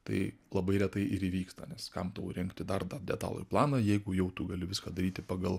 tai labai retai ir įvyksta nes kam tau rengti dar detalųjį planą jeigu jau tu gali viską daryti pagal